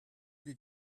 des